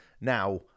Now